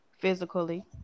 Physically